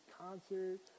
concert